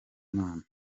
imana